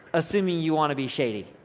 assuming you wanna be shady.